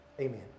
Amen